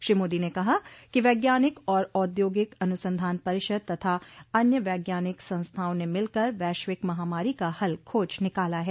श्री मोदी ने कहा कि वैज्ञानिक और औद्योगिक अनुसंधान परिषद तथा अन्य वैज्ञानिक संस्थाओं ने मिलकर वैश्विक महामारो का हल खोज निकाला है